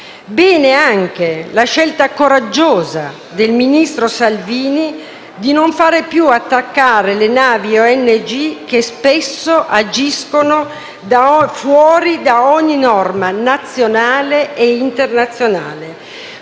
Bene anche la scelta coraggiosa del ministro Salvini di non fare più attraccare le navi ONG, che spesso agiscono fuori da ogni norma nazionale e internazionale.